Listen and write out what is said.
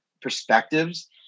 perspectives